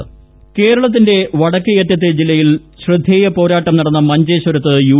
കാസർകോട് കേരളത്തിന്റെ വടക്കേയറ്റത്തെ ജില്ലയിൽ ശ്രദ്ധേയ പോരാട്ടം നടന്ന മഞ്ചേശ്വരത്ത് യു